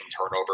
turnover